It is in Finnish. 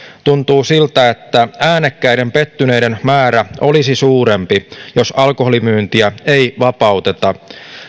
tuntuu siltä että äänekkäiden pettyneiden määrä olisi suurempi jos alkoholimyyntiä ei vapauteta